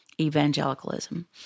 evangelicalism